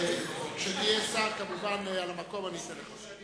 כשתהיה שר, כמובן, על המקום אני אתן לך.